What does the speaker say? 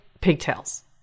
pigtails